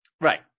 right